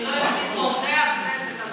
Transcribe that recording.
אני לא, מעובדי הכנסת.